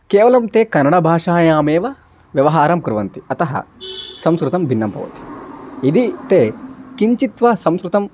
केवलं ते कन्नडभाषायामेव व्यवहारं कुर्वन्ति अतः संस्कृतं भिन्नं भवति यदि ते किञ्चित् वा संस्कृतं